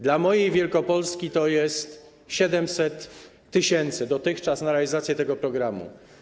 Dla mojej Wielkopolski to jest 700 tys. dotychczas na realizację tego programu.